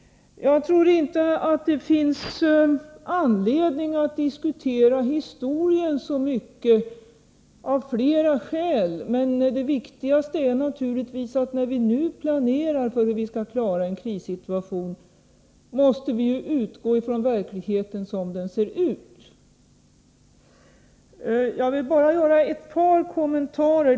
Jag tror av flera skäl att det inte finns anledning att diskutera det historiska så mycket. Det viktigaste skälet är naturligtvis, att när vi nu planerar för hur vi skall klara en krissituation, måste vi utgå från verkligheten som den ser ut. Jag vill här göra ett par kommentarer.